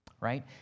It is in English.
Right